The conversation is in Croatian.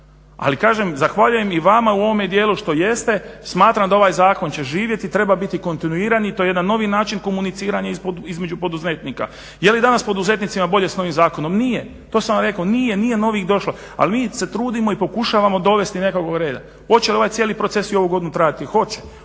Ali kažem zahvaljujem i vama u ovome dijelu što jeste, smatram da ovaj zakon će živjeti i treba biti kontinuiran i to je jedan novi način komuniciranja između poduzetnika. Je li danas poduzetnicima bolje s novim zakonom? Nije, to sam vam rekao nije, nije novih došlo. Ali mi se trudimo i pokušavamo dovesti nekakvog reda. Hoće li ovaj cijeli proces i ovu godinu trajati? Hoće.